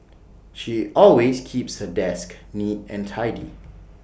she always keeps her desk neat and tidy